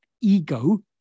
ego